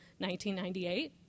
1998